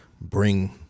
bring